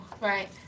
right